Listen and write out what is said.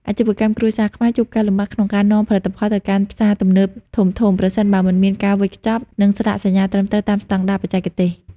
អាជីវកម្មគ្រួសារខ្មែរជួបការលំបាកក្នុងការនាំផលិតផលទៅកាន់ផ្សារទំនើបធំៗ ប្រសិនបើមិនមានការវេចខ្ចប់ និងស្លាកសញ្ញាត្រឹមត្រូវតាមស្ដង់ដារបច្ចេកទេស។